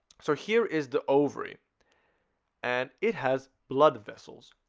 so here is the ovary and it has blood vessels